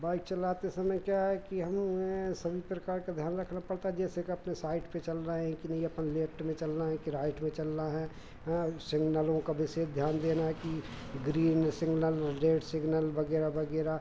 bike चलाते समय क्या है कि हमें सभी प्रकार का ध्यान रखना पड़ता है जैसे कि अपने साइड पे चल रहे हैं कि नहीं अपन लेफ्ट में चलना है कि राइट में चलना है हाँ सिग्नलों का विशेष ध्यान देना है कि ग्रीन सिग्नल रेड सिग्नल वगैरह वगैरह